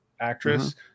actress